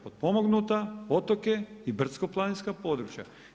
Potpomognuta, otoke i brdsko planinska područja.